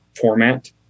format